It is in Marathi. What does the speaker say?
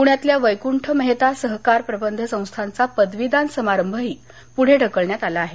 पूण्यातल्या वैकूंठ मेहता सहकार प्रबंध संस्थानचा पदवीदान समारंभही पूढे ढकलण्यात आला आहे